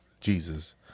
Jesus